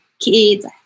kids